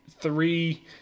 Three